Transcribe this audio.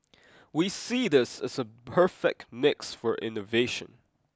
we see this as the perfect mix for innovation